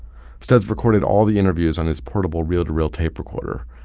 studs recorded all the interviews on his portable reel-to-reel tape recorder.